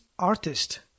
artist